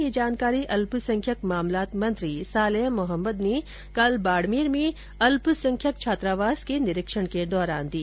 यह जानकारी अल्पसंख्यक मामलात मंत्री सालेह मोहम्मद ने कल बाडमेर में अल्पसंख्यक छात्रावास के निरीक्षण के दौरान दी